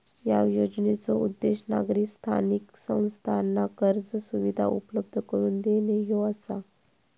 या योजनेचो उद्देश नागरी स्थानिक संस्थांना कर्ज सुविधा उपलब्ध करून देणे ह्यो आसा